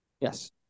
Yes